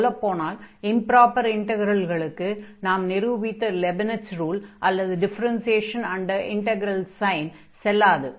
சொல்லப் போனால் இம்ப்ராப்பர் இன்டக்ரல்களுக்கு நாம் நிரூபித்த லெபினிட்ஸ் ரூல் அல்லது டிஃபரென்சியேஷன் அன்டர் இன்டக்ரல் சைன் செல்லாது